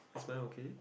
is mic okay